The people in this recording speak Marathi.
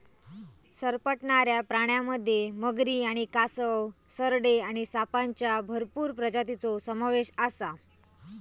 सरपटणाऱ्या प्राण्यांमध्ये मगरी आणि कासव, सरडे आणि सापांच्या भरपूर प्रजातींचो समावेश आसा